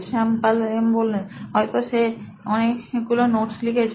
শ্যাম পাল এম হয়তো সে অনেকগুলো নোটস লিখছে